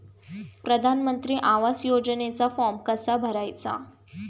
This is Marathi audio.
प्रधानमंत्री आवास योजनेचा फॉर्म कसा भरायचा?